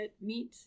meat